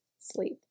sleep